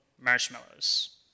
marshmallows